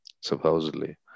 Supposedly